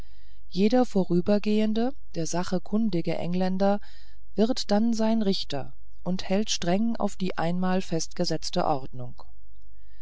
jeder vorübergehende der sache kundige engländer wird dann sein richter und hält streng auf die einmal festgesetzte ordnung